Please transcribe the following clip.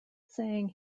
saying